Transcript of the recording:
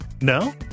no